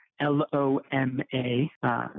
L-O-M-A